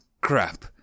crap